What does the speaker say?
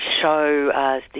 show